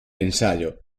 ensayo